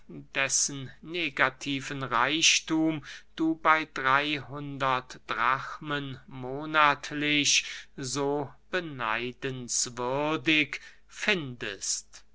dessen negativen reichthum du bey drey hundert drachmen monatlich so beneidenswürdig findest